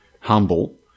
humble